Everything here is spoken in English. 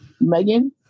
Megan